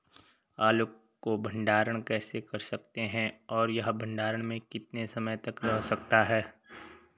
आलू को भंडारण कैसे कर सकते हैं और यह भंडारण में कितने समय तक रह सकता है?